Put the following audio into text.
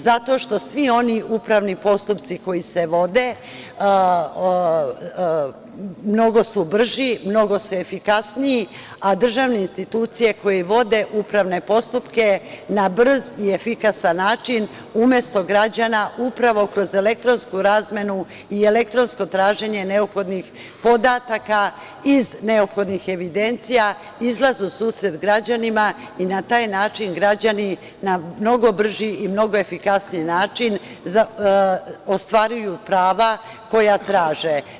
Zato što svi oni upravni postupci koji se vode mnogo su brži, mnogo su efikasniji, a državne institucije koje vode upravne postupke na brz i efikasan način umesto građana, upravo kroz elektronsku razmenu i elektronsko traženje neophodnih podataka iz neophodnih evidencija, izlaze u susret građanima i na taj način građani na mnogo brži i mnogo efikasniji način ostvaruju prava koja traže.